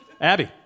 Abby